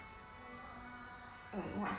uh what